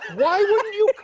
why wouldn't you